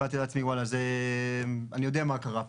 אמרתי לעצמי אני יודע מה קרה פה.